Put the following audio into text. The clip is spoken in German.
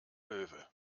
löwe